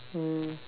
mm